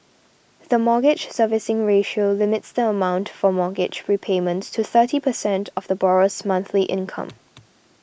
the Mortgage Servicing Ratio limits the amount for mortgage repayments to thirty percent of the borrower's monthly income